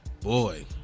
Boy